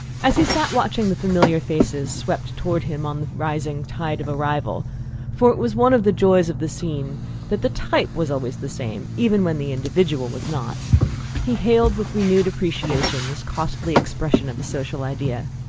as he sat watching the familiar faces swept toward him on the rising tide of arrival for it was one of the joys of the scene that the type was always the same even when the individual was not he hailed with renewed appreciation this costly expression of a social ideal.